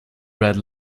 red